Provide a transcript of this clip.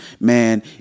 Man